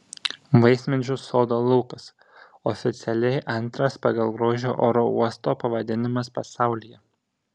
vaismedžių sodo laukas oficialiai antras pagal grožį oro uosto pavadinimas pasaulyje